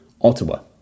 Ottawa